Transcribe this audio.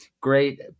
great